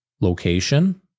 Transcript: location